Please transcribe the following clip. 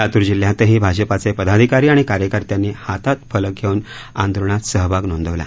लातूर जिल्ह्यातही भाजपाचे पदाधिकारी आणि कार्यकर्त्यांनी हातात फलक घेउन आंदोलनात सहभाग नोंदवला